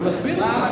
אני מסביר לך.